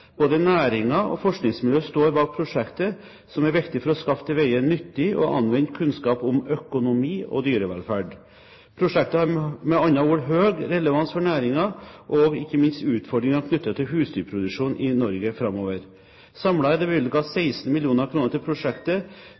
Både næringen og forskningsmiljø står bak prosjektet, som er viktig for å skaffe til veie nyttig og anvendt kunnskap om økonomi og dyrevelferd. Prosjektet har med andre ord høy relevans for næringen og ikke minst for utfordringer knyttet til husdyrproduksjonen i Norge framover. Samlet er det bevilget 16 mill. kr til prosjektet,